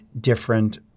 different